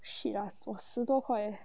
shit ah !whoa! 十多块 eh